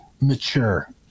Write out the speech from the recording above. mature